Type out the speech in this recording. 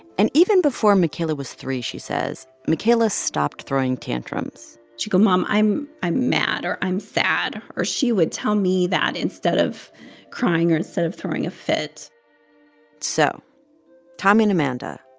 and even before makayla was three, she says, makayla stopped throwing tantrums she'd go, mom, i'm i'm mad or i'm sad or she would tell me that instead of crying or instead of throwing a fit so tommy and amanda,